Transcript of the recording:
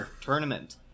tournament